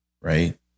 right